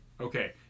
okay